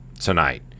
tonight